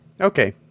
Okay